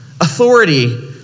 authority